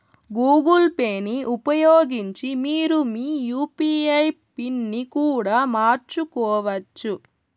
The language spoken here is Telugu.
గూగుల్ పేని ఉపయోగించి మీరు మీ యూ.పీ.ఐ పిన్ ని కూడా మార్చుకోవచ్చు